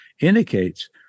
indicates